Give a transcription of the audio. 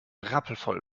rappelvoll